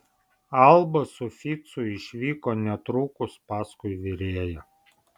alba su ficu išvyko netrukus paskui virėją